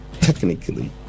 technically